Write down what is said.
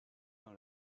dans